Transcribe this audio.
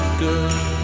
girl